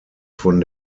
von